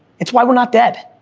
it's why we're not dead,